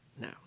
now